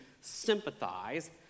sympathize